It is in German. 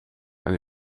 eine